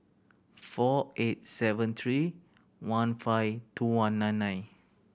four eight seven three one five two one nine nine